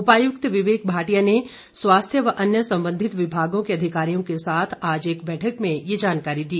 उपायुक्त विवेक भाटिया ने स्वास्थ्य व अन्य संबंधित विभागों के अधिकारियों के साथ आज एक बैठक में ये जानकारी दी